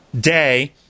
day